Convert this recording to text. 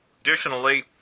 Additionally